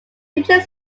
teaching